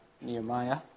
Nehemiah